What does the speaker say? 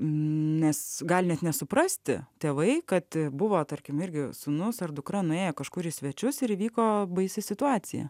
nes gali net nesuprasti tėvai kad buvo tarkim irgi sūnus ar dukra nuėjo kažkur į svečius ir įvyko baisi situacija